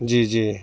جی جی